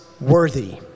worthy